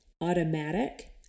automatic